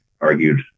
argued